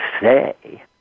say